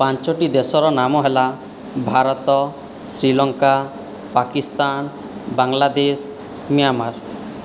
ପାଞ୍ଚଟି ଦେଶର ନାମ ହେଲା ଭାରତ ଶ୍ରୀଲଙ୍କା ପାକିସ୍ତାନ ବାଙ୍ଗ୍ଲାଦେଶ ମିଆଁମାର